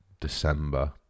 December